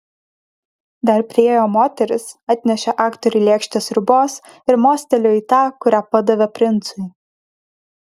dar priėjo moteris atnešė aktoriui lėkštę sriubos ir mostelėjo į tą kurią padavė princui